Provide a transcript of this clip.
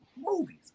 movies